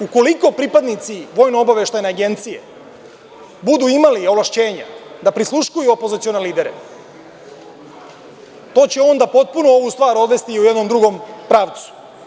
Ukoliko pripadnici VOA budu imali ovlašćenja da prisluškuju opozicione lidere, to će onda potpuno ovu stvar odvesti u jednom drugom pravcu.